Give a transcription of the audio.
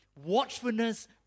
watchfulness